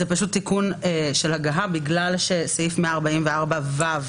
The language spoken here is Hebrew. זה תיקון של הגהה בגלל שסעיף 144ו,